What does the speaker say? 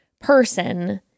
person